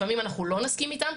לפעמים אנחנו לא נסכים איתם,